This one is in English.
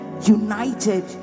united